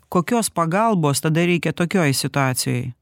kokios pagalbos tada reikia tokioj situacijoj